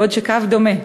בעוד נסיעה בקו דומה,